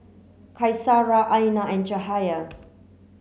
Qaisara Aina and Cahaya